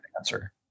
answer